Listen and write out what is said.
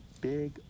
big